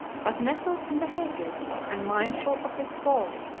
but nestles in the hedges, and mindful of his fall,